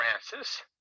Francis